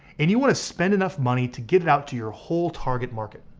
and you want to spend enough money to get it out to your whole target market.